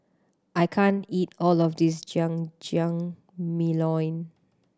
I can't eat all of this Jajangmyeon